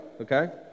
okay